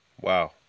Wow